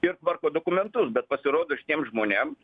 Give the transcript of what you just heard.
ir tvarko dokumentus bet pasirodo šitiem žmonėm